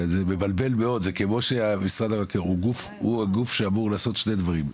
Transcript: זה מבלבל מאוד, - זה גוף שאמור לעשות שני דברים: